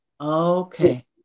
Okay